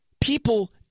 people